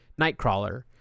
nightcrawler